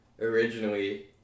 originally